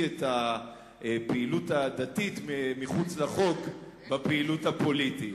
את הפעילות הדתית מחוץ לחוק בפעילות הפוליטית.